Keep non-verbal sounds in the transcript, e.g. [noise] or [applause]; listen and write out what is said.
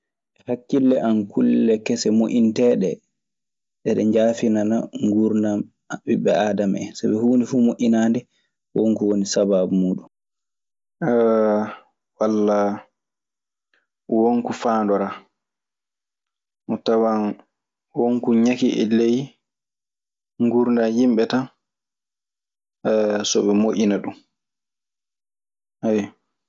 E hakkille an, kulle kese moƴƴinteeɗe, eɗe njaafinana nguurndan ɓiɓɓe aadam en. Sabi huunde fuu moƴƴinaande, wonko woni sabaabu muuɗun [hesitation] walla won ko faandoraa. A tawan won ko ñakii e ley nguurndan yimɓe tan [hesitation] so ɓe moƴƴina ɗun.